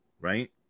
right